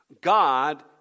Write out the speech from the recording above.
God